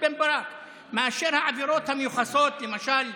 מהעבירות המיוחסות, למשל,